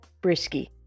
Brisky